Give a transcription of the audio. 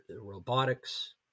robotics